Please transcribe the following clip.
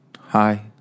hi